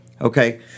Okay